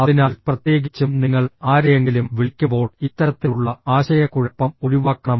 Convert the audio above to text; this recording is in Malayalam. അതിനാൽ പ്രത്യേകിച്ചും നിങ്ങൾ ആരെയെങ്കിലും വിളിക്കുമ്പോൾ ഇത്തരത്തിലുള്ള ആശയക്കുഴപ്പം ഒഴിവാക്കണം